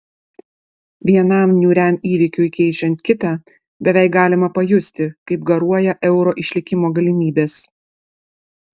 vienam niūriam įvykiui keičiant kitą beveik galima pajusti kaip garuoja euro išlikimo galimybės